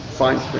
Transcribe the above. fine